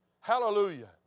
Hallelujah